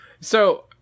So-